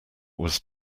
was